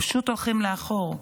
פשוט הולכים לאחור.